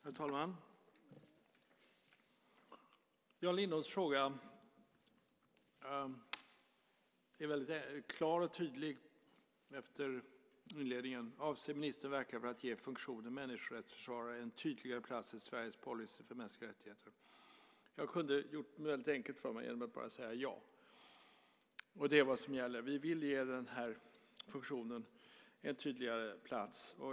Herr talman! Jan Lindholms fråga är väldigt klar och tydlig efter inledningen: Avser ministern att verka för att ge funktionen människorättsförsvarare en tydligare plats i Sveriges policy för mänskliga rättigheter? Jag kunde ha gjort det enkelt för mig genom att bara säga ja. Och det är vad som gäller. Vi vill ge den här funktionen en tydligare plats.